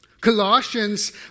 Colossians